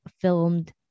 filmed